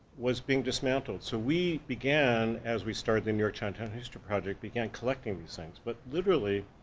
was being dismantled. so we began, as we started the new york chinatown history project began collecting these things. but literally,